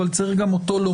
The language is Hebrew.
אבל צריך לומר גם אותו.